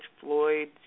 Floyd